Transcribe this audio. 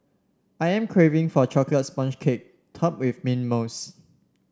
I am craving for a chocolate sponge cake topped with mint mousse